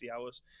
hours